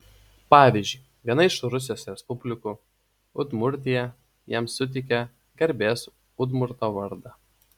pavyzdžiui viena iš rusijos respublikų udmurtija jam suteikė garbės udmurto vardą